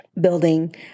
building